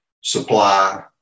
Supply